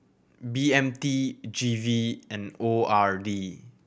B M T G V and O R D